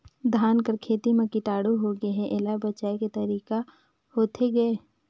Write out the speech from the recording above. धान कर खेती म कीटाणु होगे हे एला बचाय के तरीका होथे गए?